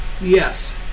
Yes